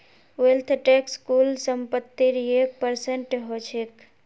wealth tax कुल संपत्तिर एक परसेंट ह छेक